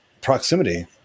proximity